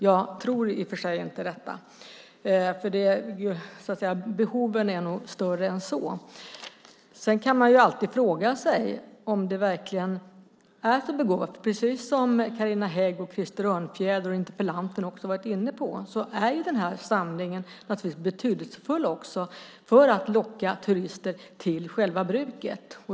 Jag tror i och för sig inte det. Behoven är nog större än så. Sedan kan man alltid fråga sig om det är så begåvat. Precis som Carina Hägg, Krister Örnfjäder och interpellanten har varit inne på är samlingen också betydelsefull för att locka turister till själva bruket.